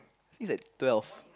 it's at twelve